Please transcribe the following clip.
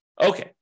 Okay